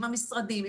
עם המשרדים,